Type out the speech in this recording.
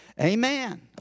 Amen